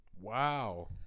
wow